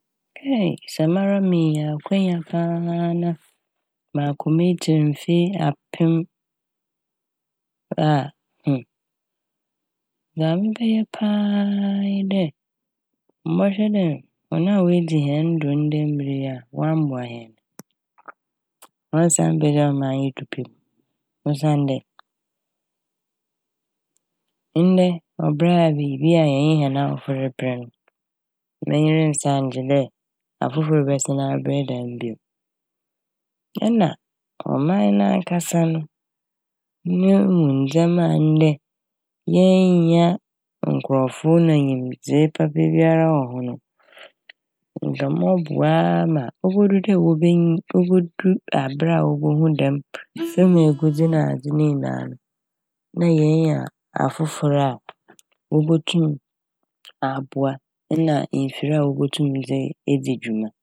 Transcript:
Eeei! Sɛ mara menya akwanya paa na makɔ m'ekyir mfe apem a hm! Dza mebɛyɛ paa nye dɛ mɔhwɛ dɛ hɔn a woedzi hɛn do ndɛ mber wɔammboa hɛn no wɔnnsan mbedzi ɔman yi do bio. Osiandɛ ndɛ ɔbrɛ a yɛ nye hɛn awofo rebrɛ no. M'enyiwa nnsan nngye dɛ afofor rebɛsan abrɛ dɛm bio. Nna ɔman nankasa no no mu ndzɛma a ndɛ yennya nkorɔfo anaa nyimdzee papa wɔ ho no nka mɔboa ama obudur dɛ a wobenyin - obudur aber a wobohu dɛm famu egudze nadze ne nyinaa no na yenya afofor a wobotum aboa nna mfir a wobotum dze edzi dwuma.